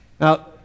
Now